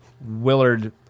Willard